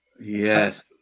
Yes